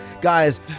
guys